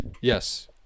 Yes